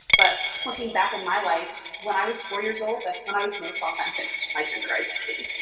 but looking back on my life, when i was four years old, that's when i was most authentic to my gender identity.